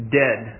dead